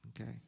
Okay